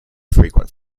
frequent